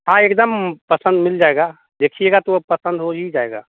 हाँ एकदाम पसंद मिल जाएगा देखिएगा तो अब पसंद हो ही जाएगा